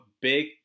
big